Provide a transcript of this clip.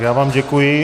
Já vám děkuji.